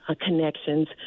connections